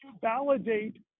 validate